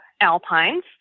alpines